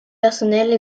personnelles